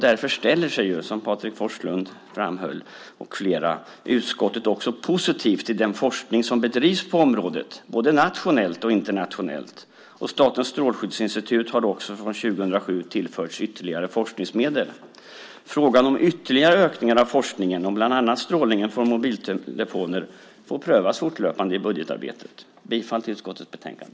Därför ställer sig utskottet också positivt till den forskning som bedrivs på området både nationellt och internationellt, som Patrik Forslund med flera framhöll. Statens strålskyddsinstitut har också från 2007 tillförts ytterligare forskningsmedel. Frågan om ytterligare ökningar av forskningen om bland annat strålningen från mobiltelefoner får prövas fortlöpande i budgetarbetet. Jag yrkar bifall till förslaget i utskottets betänkande.